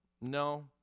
No